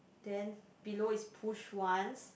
then below is pushed once